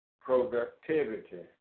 productivity